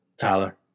Tyler